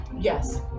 yes